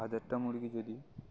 হাজারটা মুরগিকে যদি